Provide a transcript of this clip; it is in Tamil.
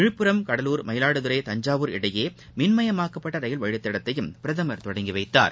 விழுப்புரம் கடலூர் மயிலாடுதறை தஞ்சாவூர் இடையே மின்மயமாக்கப்பட்ட ரயில் வழித்தடத்தையும் பிரதமர் தொடங்கி வைத்தார்